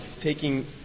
taking